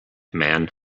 man